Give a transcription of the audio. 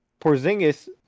Porzingis